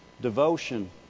Devotion